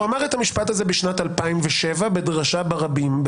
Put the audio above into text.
הוא אמר את המשפט הזה בשנת 2007 בדרשה ברבים,